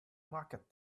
market